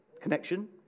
connection